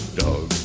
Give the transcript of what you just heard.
dog